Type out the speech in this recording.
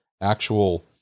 actual